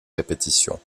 répétitions